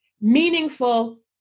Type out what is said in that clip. meaningful